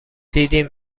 دیدیم